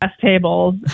tables